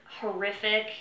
horrific